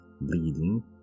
bleeding